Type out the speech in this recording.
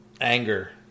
Anger